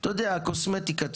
קוסמטיקה,